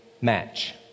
match